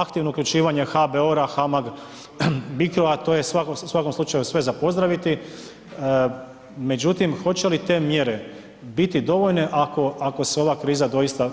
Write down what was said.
Aktivno uključivanje HBOR-a, HAMAG Bicroa, to u svakom slučaju sve za pozdraviti, međutim hoće li te mjere biti dovoljne ako se ova kriza doista